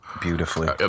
beautifully